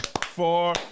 four